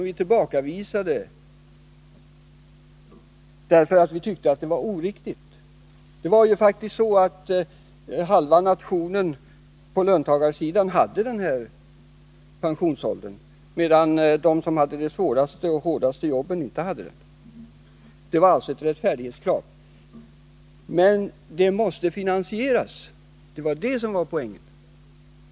Vi tillbakavisade det inte, därför att vi tyckte att det var oviktigt. Halva nationen på löntagarsidan hade ju faktiskt rätt till pension vid 65 år, medan de som hade de svåraste och hårdaste jobben inte hade det, så det var alltså ett rättfärdighetskrav. Men det måste finansieras. Det var detta som var poängen.